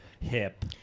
hip